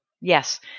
Yes